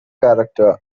character